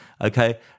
okay